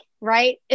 Right